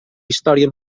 història